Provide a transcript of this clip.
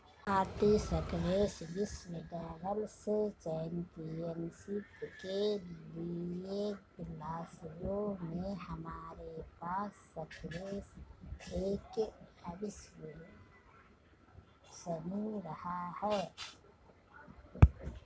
भारतीय स्क्वैश विश्व doubles championship के लिएग्लासगो में हमारे पास स्क्वैश एक अविश्वसनीय रहा है